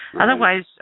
Otherwise